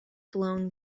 blown